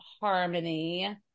Harmony